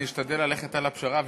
אני אשתדל ללכת על הפשרה, דקה.